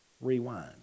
rewind